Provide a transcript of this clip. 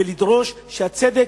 ולדרוש שהצדק,